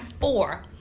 four